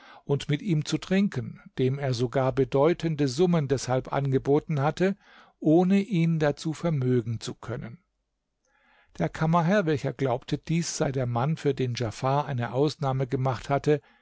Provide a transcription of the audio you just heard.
und mit ihm zu trinken dem er sogar bedeutende summen deshalb angeboten hatte ohne ihn dazu vermögen zu können der kammerherr welcher glaubte dies sei der mann für den djafar eine ausnahme gemacht hatte